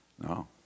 No